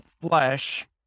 flesh